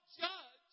judge